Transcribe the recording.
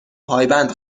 پایبند